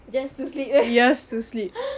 just to sleep ke